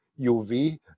UV